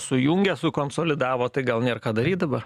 sujungė sukonsolidavo tai gal nėr ką daryt dabar